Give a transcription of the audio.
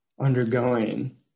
undergoing